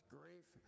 grief